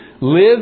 live